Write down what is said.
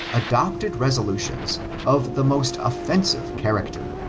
adopted resolutions of the most offensive character.